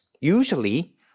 Usually